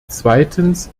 zweitens